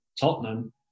Tottenham